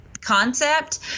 concept